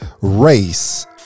Race